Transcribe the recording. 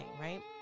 right